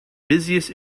busiest